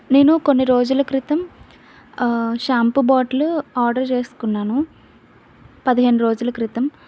నేను కొన్ని రోజుల క్రితం షాంపు బాటిల్ ఆర్డర్ చేసుకున్నాను పదిహేను రోజుల క్రితం